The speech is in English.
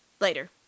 Later